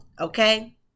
okay